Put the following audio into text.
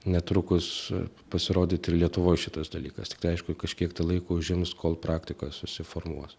netrukus pasirodyti ir lietuvoj šitas dalykas tik tai aišku kažkiek laiko užims kol praktika susiformuos